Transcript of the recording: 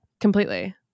completely